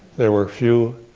there were few,